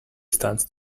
stands